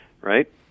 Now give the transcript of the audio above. Right